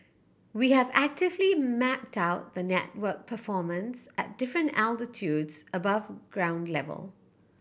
we have actively mapped out the network performance at different altitudes above ground level